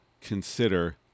consider